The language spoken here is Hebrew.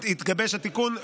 התגבש התיקון,